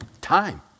time